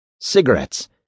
Cigarettes